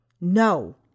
No